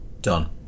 Done